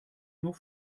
nur